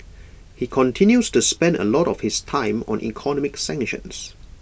he continues to spend A lot of his time on economic sanctions